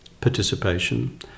participation